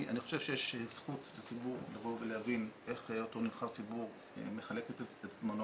אני חושב שיש זכות לציבור להבין איך אותו נבחר ציבור מחלק את זמנו,